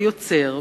ויוצר,